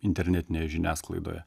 internetinėje žiniasklaidoje